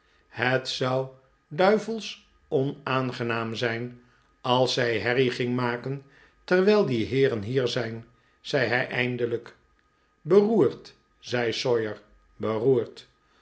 het zou duivelsch onaangenaam zijn alszij herrie ging maken terwijl die heeren hier zijn zei hij eindelijk beroerd zei sawyer berqerd